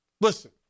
Listen